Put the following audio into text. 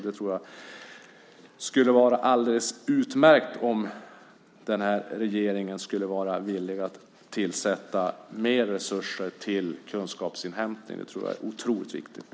Det skulle vara alldeles utmärkt om den här regeringen kunde vara villig att ge mer resurser till kunskapsinhämtning. Det är otroligt viktigt.